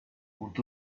would